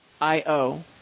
Io